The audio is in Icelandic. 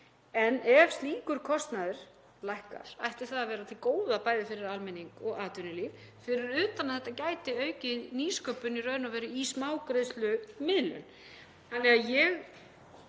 En ef slíkur kostnaður lækkar ætti það að vera til góða, bæði fyrir almenning og atvinnulíf, fyrir utan að þetta gæti aukið nýsköpun í raun og veru í smágreiðslumiðlun.